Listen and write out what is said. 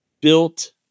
built